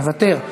מוותר.